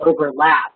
overlap